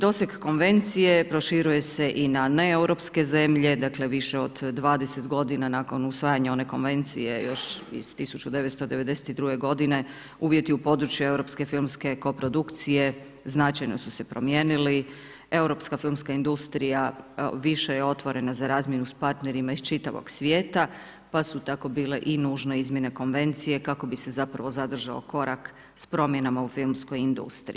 Doseg konvencije proširuje se i na neeuropske zemlje, dakle više od 20 godina nakon usvajanja one konvencije još iz 1992. godine, uvjeti u područje europske filmske koprodukcije značajno su se promijenili, europska filmska industrija više je otvorena za razmjenu sa partnerima iz čitavog svijeta, pa su tako bile i nužne izmjene konvencije kako bi se zapravo zadržao korak s promjenama u filmskoj industriji.